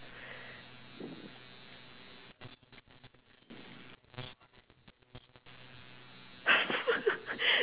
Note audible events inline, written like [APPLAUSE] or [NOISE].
[LAUGHS]